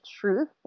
truth